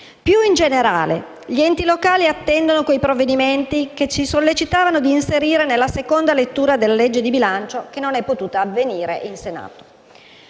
Più in generale gli enti locali attendono quei provvedimenti che ci sollecitavano a inserire nella seconda lettura della legge di bilancio che non è potuta avvenire in Senato.